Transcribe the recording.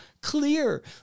clear